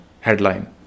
headline